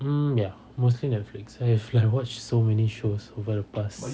mm ya mostly netflix if like watch so many shows over the past